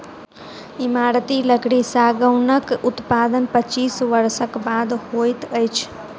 इमारती लकड़ी सागौनक उत्पादन पच्चीस वर्षक बाद होइत अछि